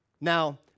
Now